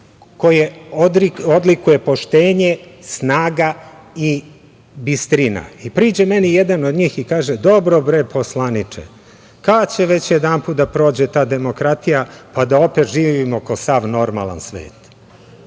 koji odlikuje poštenje, snaga i bistrina. Priđe meni jedan od njih i kaže – dobro, bre, poslaniče, kad će već jedanput da prođe ta demokratija, pa da opet živimo kao sav normalan svet.